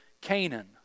Canaan